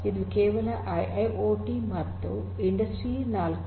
ಇದು ಕೇವಲ ಐಐಓಟಿ ಮತ್ತು ಇಂಡಸ್ಟ್ರಿ ೪